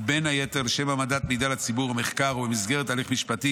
ובין היתר לשם העמדת מידע לציבור או מחקר או במסגרת הליך משפטי,